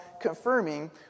confirming